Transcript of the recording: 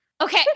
okay